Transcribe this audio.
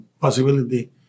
possibility